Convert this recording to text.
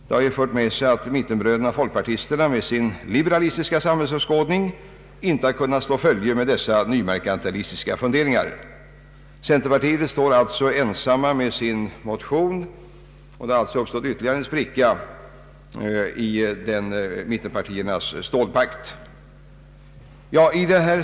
Det har fört med sig att mittenbröderna folkpartisterna med sin liberalistiska samhällsåskådning inte har kunnat slå följe med dessa nymerkantilistiska värderingar. Centerpartiet står alltså ensamt Ang. regionalpolitiken med sin reservation. Ytterligare en spricka har alltså uppstått i mittenpartiernas stålpakt.